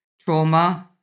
trauma